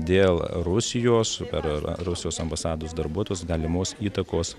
dėl rusijos per rusijos ambasados darbuotojus galimos įtakos